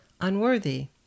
unworthy